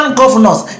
governors